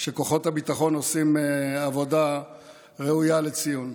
שכוחות הביטחון עושים עבודה ראויה לציון.